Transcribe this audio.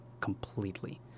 completely